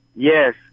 Yes